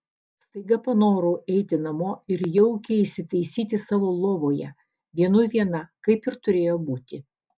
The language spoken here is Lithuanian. staiga panorau eiti namo ir jaukiai įsitaisyti savo lovoje vienui viena kaip ir turėjo būti